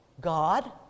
God